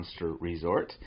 MonsterResort